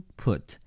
put